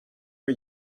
are